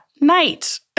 night